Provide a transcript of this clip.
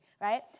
right